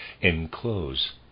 enclose